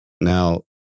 now